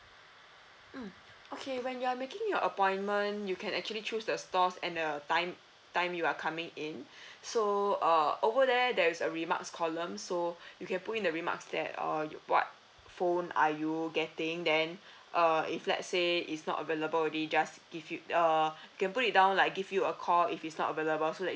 mm okay when you're making your appointment you can actually choose the stores and the time time you are coming in so uh over there there is a remarks column so you can put in the remarks there uh you what phone are you getting then uh if let's say it's not available already just give you uh you can put it down lah like give you a call if it's not available so that